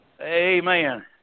Amen